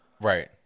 Right